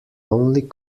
only